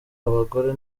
abagore